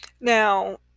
now